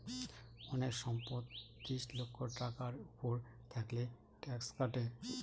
অনেক সম্পদ ত্রিশ লক্ষ টাকার উপর থাকলে ট্যাক্স কাটে